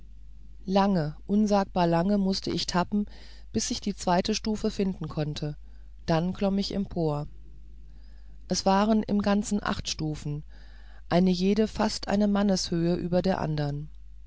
lang unsagbar lang mußte ich tappen bis ich die zweite stufe finden konnte dann klomm ich empor es waren im ganzen acht stufen eine jede fast in manneshöhe über der andern